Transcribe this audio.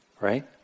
Right